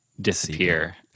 disappear